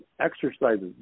exercises